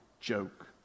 joke